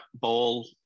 ball